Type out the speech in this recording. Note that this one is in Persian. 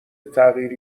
تغییر